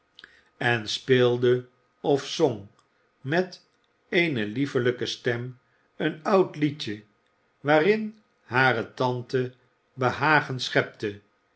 en speelde of zong met eene liefelijke stem een oud liedje waarin hare tante behagen schepte